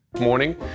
Morning